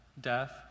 death